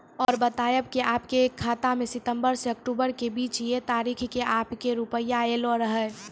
और बतायब के आपके खाते मे सितंबर से अक्टूबर के बीज ये तारीख के आपके के रुपिया येलो रहे?